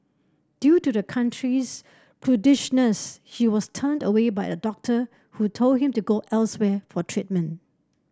due to the country's prudishness he was turned away by a doctor who told him to go elsewhere for treatment